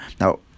Now